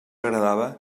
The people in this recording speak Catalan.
agradava